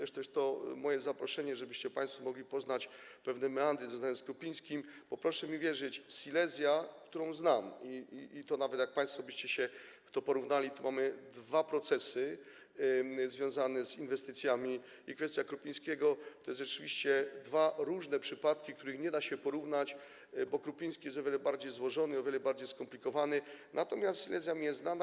Jest też to moje zaproszenie, żebyście państwo mogli poznać pewne meandry związane z Krupińskim, bo proszę mi wierzyć, że Silesia, którą znam, i to nawet jakbyście państwo to porównali, to mamy dwa procesy związane z inwestycjami, i kwestia Krupińskiego to są rzeczywiście dwa różne przypadki, których nie da się porównać, bo Krupiński jest o wiele bardziej złożony, o wiele bardziej skomplikowany, natomiast Silesia jest mi znana.